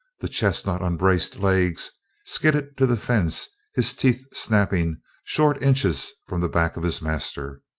the chestnut on braced legs skidded to the fence, his teeth snapping short inches from the back of his master.